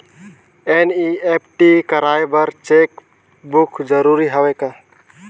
NEFT कराय बर cheque book जरूरी हवय का?